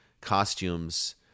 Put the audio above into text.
costumes